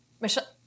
Michelle